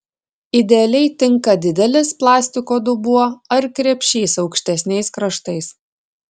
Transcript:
idealiai tinka didelis plastiko dubuo ar krepšys aukštesniais kraštais